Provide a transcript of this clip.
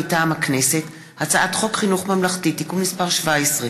מטעם הכנסת: הצעת חוק חינוך ממלכתי (תיקון מס' 17)